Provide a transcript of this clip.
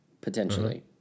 potentially